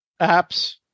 apps